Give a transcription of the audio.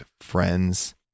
friends